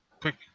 quick